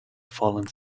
falling